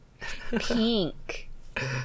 Pink